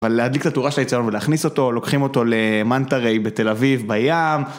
אבל להדליק את התאורה שהצלם ולהכניס אותו, לוקחים אותו למנטה רי בתל אביב, בים.